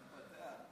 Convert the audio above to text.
מתפתח.